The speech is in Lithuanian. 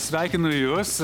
sveikinu jus